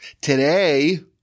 today